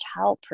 childproof